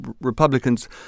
Republicans